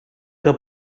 que